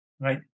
right